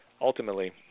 Ultimately